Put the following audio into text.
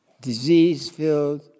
disease-filled